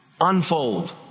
unfold